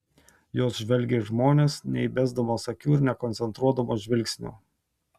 jos žvelgia į žmones neįbesdamos akių ir nekoncentruodamos žvilgsnio